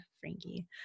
Frankie